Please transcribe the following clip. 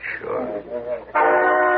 Sure